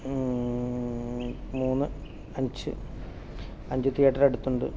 മൂന്ന് അഞ്ച് അഞ്ച് തിയേറ്റർ അടുത്തുണ്ട്